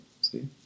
See